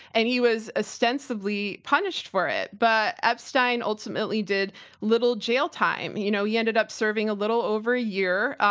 and he was ostensibly punished for it, but epstein ultimately did little jail time. you know he ended up serving a little over a year.